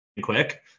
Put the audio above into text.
Quick